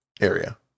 area